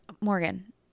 Morgan